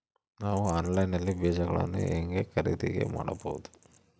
ನಾವು ಆನ್ಲೈನ್ ನಲ್ಲಿ ಬೇಜಗಳನ್ನು ಹೆಂಗ ಖರೇದಿ ಮಾಡಬಹುದು?